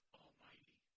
almighty